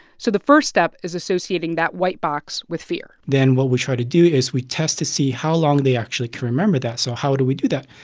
so the first step is associating that white box with fear then what we try to do is we test to see how long they actually can remember that. so how do we do that?